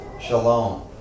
Shalom